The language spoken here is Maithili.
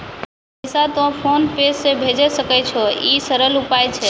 पैसा तोय फोन पे से भैजै सकै छौ? ई सरल उपाय छै?